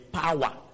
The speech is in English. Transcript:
power